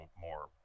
more